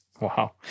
Wow